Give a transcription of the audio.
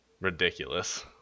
ridiculous